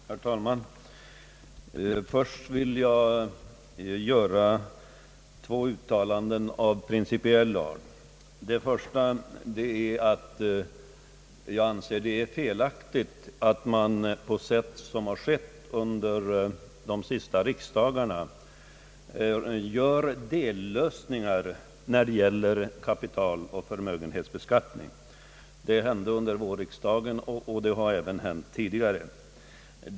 Herr talman! Till att börja med vill jag göra två uttalanden av principiell art. För det första anser jag det felaktigt att man, på sätt som skett under de senaste riksdagarna, gör dellösningar i fråga om kapitaloch förmögenhetsbeskattningen. Det hände under vårriksdagen, och det har även hänt tidigare.